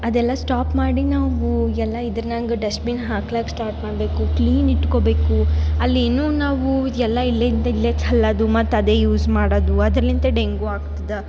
ಅದೆಲ್ಲ ಸ್ಟಾಪ್ ಮಾಡಿ ನಾವೂ ಎಲ್ಲ ಇದ್ರನಾಗ್ ಡಸ್ಟ್ ಬಿನ್ ಹಾಕ್ಲಾಕೆ ಸ್ಟಾರ್ಟ್ ಮಾಡಬೇಕು ಕ್ಲೀನ್ ಇಟ್ಕೋಬೇಕು ಅಲ್ಲಿ ಇನ್ನು ನಾವು ಎಲ್ಲ ಇಲ್ಲೇ ಇದು ಇಲ್ಲೇ ಚೆಲ್ಲಾದು ಮತ್ತು ಅದೇ ಯೂಸ್ ಮಾಡೋದು ಅದ್ರಲಿಂತೆ ಡೆಂಗೂ ಆಗ್ತದ